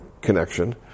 connection